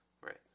right